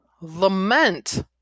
lament